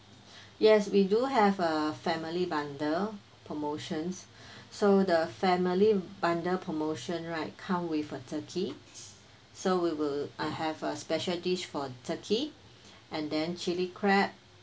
yes we do have a family bundle promotions so the family bundle promotion right come with a turkey so we will uh have a special dish for turkey and then chilli crab